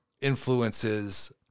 influences